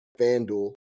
FanDuel